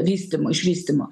vystymo išvystymo